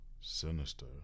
Sinister